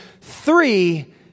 three